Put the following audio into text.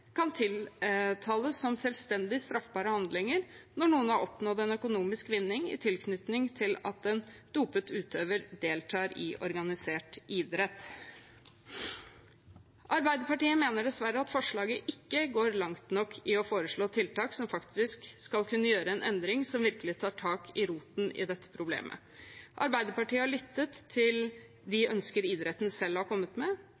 kan tiltales som selvstendig straffbare handlinger når noen har oppnådd økonomisk vinning i tilknytning til at en dopet utøver deltar i organisert idrett. Arbeiderpartiet mener dessverre at forslaget ikke går langt nok i å foreslå tiltak som faktisk skal kunne gjøre en endring som virkelig tar tak i roten av dette problemet. Arbeiderpartiet har lyttet til de ønsker idretten selv har kommet med.